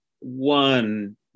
one